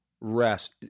rest